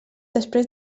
després